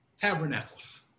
tabernacles